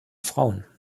frauen